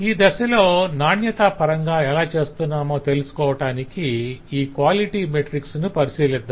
ఈ దశలో నాణ్యతా పరంగా ఎలా చేస్తున్నామో తెలుసుకోవటానికి ఈ క్వాలిటీ మెట్రిక్స్ ను పరిశీలిద్దాం